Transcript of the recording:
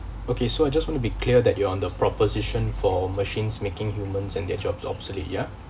okay so I just want to be clear that you're under proposition for machines making humans and their jobs obsolete ya